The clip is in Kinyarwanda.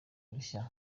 rishya